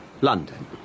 London